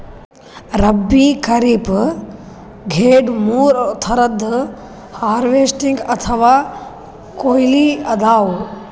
ರಬ್ಬೀ, ಖರೀಫ್, ಝೆಡ್ ಮೂರ್ ಥರದ್ ಹಾರ್ವೆಸ್ಟಿಂಗ್ ಅಥವಾ ಕೊಯ್ಲಿ ಅದಾವ